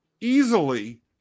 easily